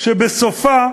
שבסופה,